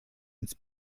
ins